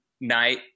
night